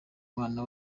mwana